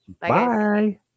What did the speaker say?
Bye